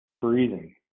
breathing